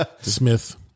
smith